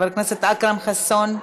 חבר הכנסת אכרם חסון,